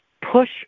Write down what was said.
push